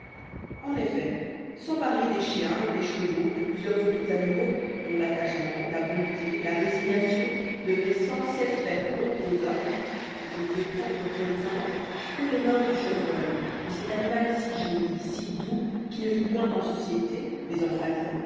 en effet sans parler des chiens des chevaux de plusieurs autres animaux dont l'attachement la bonté la résignation devraient sans cesse faire honte aux hommes je neveux prendre pour exemple que les moeurs du chevreuil de cet animai si joli si doux qui ne vit point en société mais en famille